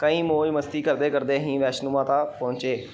ਕਈ ਮੌਜ ਮਸਤੀ ਕਰਦੇ ਕਰਦੇ ਅਸੀਂ ਵੈਸ਼ਨੋ ਮਾਤਾ ਪਹੁੰਚੇ